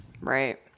Right